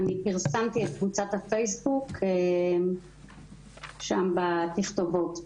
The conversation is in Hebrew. אני פרסמתי את קבוצת הפייסבוק שם בתכתובות.